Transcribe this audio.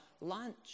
lunch